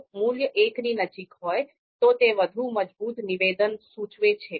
જો મૂલ્ય એકની નજીક હોય તો તે વધુ મજબૂત નિવેદન સૂચવે છે